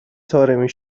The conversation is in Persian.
طارمی